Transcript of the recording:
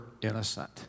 innocent